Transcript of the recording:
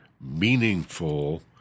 meaningful